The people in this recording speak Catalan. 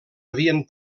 havien